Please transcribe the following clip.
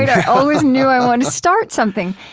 i always knew i wanted to start something.